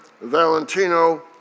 Valentino